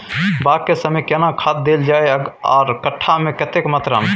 बाग के समय केना खाद देल जाय आर कट्ठा मे कतेक मात्रा मे?